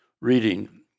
reading